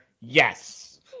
Yes